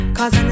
cause